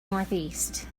northeast